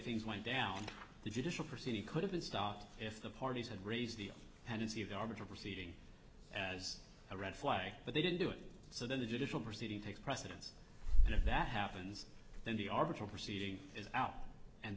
things went down the judicial proceeding could have been stopped if the parties had raised the hand is he the arbiter proceeding as a red flag but they didn't do it so then the judicial proceeding takes precedence and if that happens then the arbiter of proceeding is out and